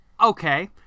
Okay